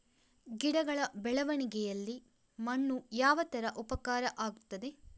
ಗಿಡಗಳ ಬೆಳವಣಿಗೆಯಲ್ಲಿ ಮಣ್ಣು ಯಾವ ತರ ಉಪಕಾರ ಆಗ್ತದೆ?